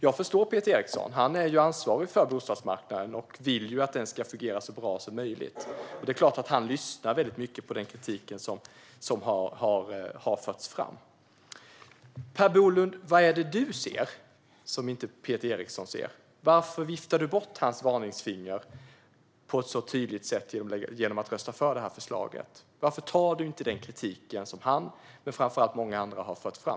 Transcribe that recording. Jag förstår Peter Eriksson, för han är ansvarig för bostadsmarknaden och vill ju att den ska fungera så bra som möjligt. Det är klart att han lyssnar väldigt mycket på den kritik som har förts fram. Vad är det du ser, Per Bolund, som inte Peter Eriksson ser? Varför viftar du bort hans varningsfinger på ett så tydligt sätt genom att rösta för förslaget? Varför tar du inte den kritik på allvar som han och många andra har fört fram?